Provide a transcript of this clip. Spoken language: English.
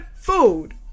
food